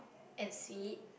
is it